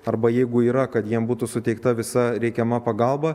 arba jeigu yra kad jiem būtų suteikta visa reikiama pagalba